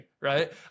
right